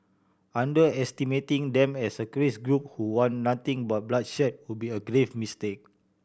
underestimating them as a craze group who want nothing but bloodshed would be a grave mistake